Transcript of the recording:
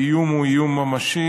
האיום הוא איום ממשי,